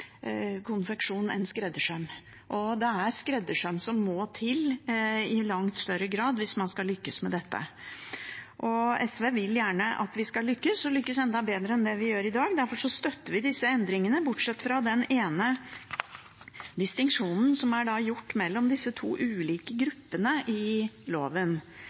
konfeksjon enn skreddersøm, og det er skreddersøm som i langt større grad må til hvis man skal lykkes med dette. SV vil gjerne at vi skal lykkes – og lykkes enda bedre enn vi gjør i dag. Derfor støtter vi disse endringene, bortsett fra den ene distinksjonen som er gjort mellom disse to ulike gruppene i loven.